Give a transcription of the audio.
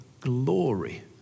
glory